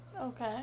Okay